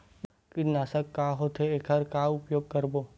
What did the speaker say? कीटनाशक का होथे एखर का उपयोग करबो?